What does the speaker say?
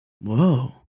Whoa